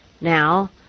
now